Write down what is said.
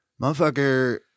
Motherfucker